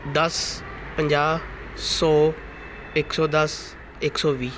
ਦਸ ਪੰਜਾਹ ਸੌ ਇੱਕ ਸੌ ਦਸ ਇੱਕ ਸੌ ਵੀਹ